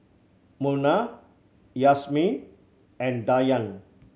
Munah Yasmin and Dayang